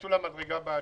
לביטול המדרגה בעתיד.